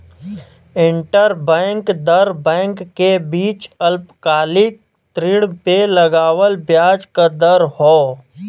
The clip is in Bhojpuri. इंटरबैंक दर बैंक के बीच अल्पकालिक ऋण पे लगावल ब्याज क दर हौ